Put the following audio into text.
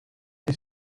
his